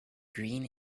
green